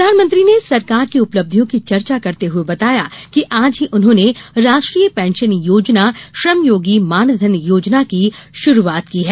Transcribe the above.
प्रधानमंत्री ने सरकार की उपलब्धियों की चर्चा करते हुये बताया कि आज ही उन्होंने राष्ट्रीय पेंशन योजना श्रमयोगी मानधन योजना की शुरूआत की है